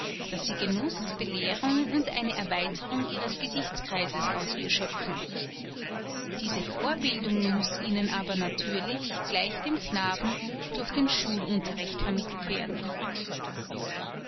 daß sie genuß belehrung und eine erweiterung ihres gesichtskreises aus ihr schöpfen diese vorbildung muß ihnen aber natürlich gleich dem knaben durch den schulunterricht vermittelt werden